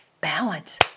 balance